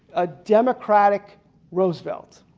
ah democratic roosevelt.